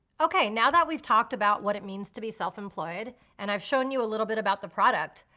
okay, now that we've talked about what it means to be self-employed and i've shown you a little bit about the product,